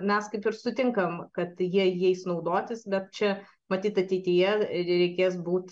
mes kaip ir sutinkam kad jie jais naudotis bet čia matyt ateityje reikės būt